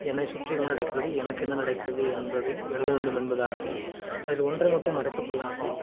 என்னை சுற்றி என்ன நடக்கிறது எனக்கு என்ன நடக்கிறது என்பதை எழுத வேண்டும் என்பது ஆசை அதில் ஒன்றை மட்டும் மறைத்துக்கொள்ள ஆசை